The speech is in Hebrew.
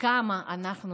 וכמה אנחנו